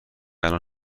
الان